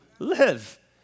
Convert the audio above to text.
live